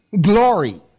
glory